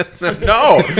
No